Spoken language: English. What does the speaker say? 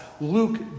Luke